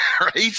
Right